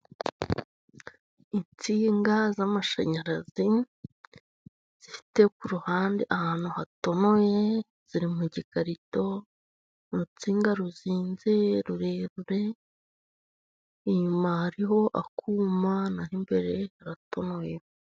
Insinga z'amashanyarazi zifite ku ruhande ahantu hatonoye ziri mu gikarito, urutsinga ruzinze rurerure, inyuma hariho akuma, naho imbere haratonoye.